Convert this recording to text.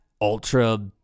ultra